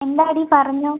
എന്താടീ പറഞ്ഞോ